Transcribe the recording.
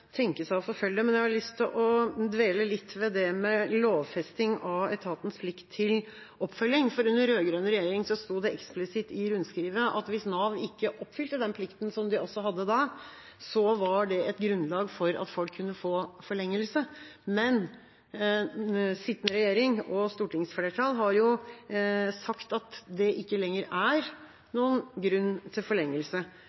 tenke seg å forfølge, men jeg har lyst til å dvele litt ved lovfestingen av etatens plikt til oppfølging. Under den rød-grønne regjeringa sto det eksplisitt i rundskrivet av hvis Nav ikke oppfylte den plikten, som de også hadde da, var det et grunnlag for at folk kunne få forlengelse. Men sittende regjering og stortingsflertallet har sagt at det ikke lenger er